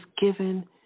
given